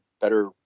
better